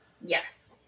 yes